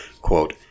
Quote